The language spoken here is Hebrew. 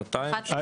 שנתיים?